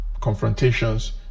confrontations